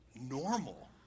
normal